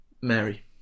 Mary